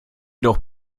doch